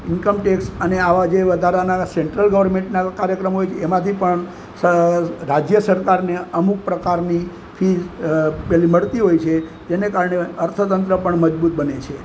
income tax અને આવા જે વધારાના સેન્ટ્રલ ગવર્મેન્ટના કાર્યક્રમો હોય તેમાંથી પણ સ રાજ્ય સરકારને અમુક પ્રકારની ફી પેલી મળતી હોય છે તેને કારણે અર્થતંત્ર પણ મજબૂત બને છે